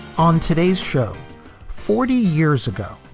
on today's show forty years ago,